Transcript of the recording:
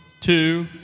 two